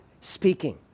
speaking